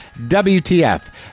WTF